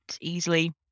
easily